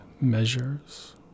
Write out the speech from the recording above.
measures